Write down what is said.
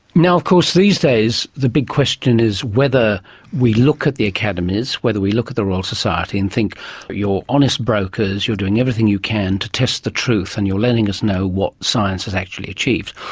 of course these days the big question is whether we look at the academies, whether we look at the royal society and think you're honest brokers, you're doing everything you can to test the truth and you're letting us know what science has actually achieved.